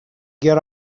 get